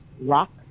rock